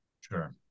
Sure